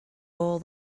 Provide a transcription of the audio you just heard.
all